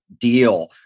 deal